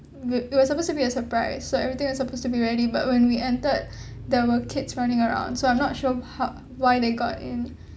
it were supposed to be a surprise so everything was supposed to be ready but when we entered there were kids running around so I'm not sure how why they got in